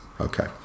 okay